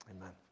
amen